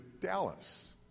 Dallas